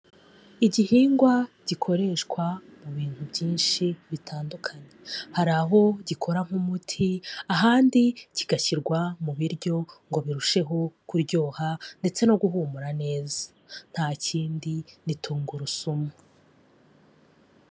Igihingwa gikoreshwa mu bintu byinshi bitandukanye, hari aho gikora nk'umuti ahandi kigashyirwa mu biryo ngo birusheho kuryoha ndetse no guhumura neza nta kindi ni tungurusumu.